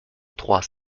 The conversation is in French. trois